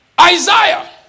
Isaiah